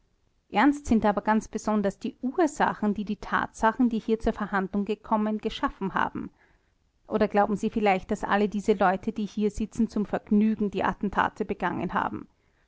ernst sind aber ganz besonders die ursachen die die tatsachen die hier zur verhandlung gekommen geschaffen haben oder glauben sie vielleicht daß alle diese leute die hier sitzen zum vergnügen die attentate begangen haben